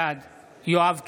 בעד יואב קיש,